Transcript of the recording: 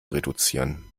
reduzieren